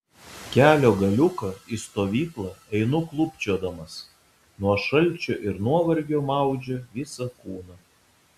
kelio galiuką į stovyklą einu klūpčiodamas nuo šalčio ir nuovargio maudžia visą kūną